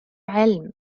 علم